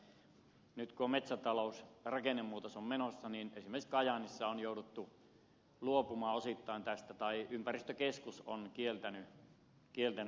mutta nyt kun metsätalouden rakennemuutos on menossa niin esimerkiksi kajaanissa on jouduttu luopumaan osittain tästä ympäristökeskus on kieltänyt hyötyjätteen polton